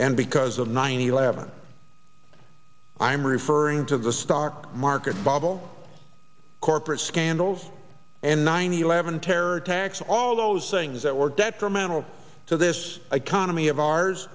and because of nine eleven i'm referring to the stock market bubble corporate scandals and nine eleven terror attacks all those things that were detrimental to this economy of ours